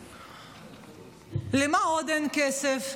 למה עוד אין כסף?